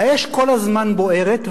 האש כל הזמן בוערת,